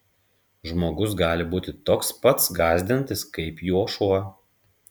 žmogus gali būti toks pats gąsdinantis kaip juo šuo